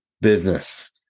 business